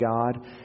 God